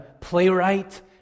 playwright